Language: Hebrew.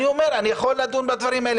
אני אומר שאני יכול לדון בדברים האלה.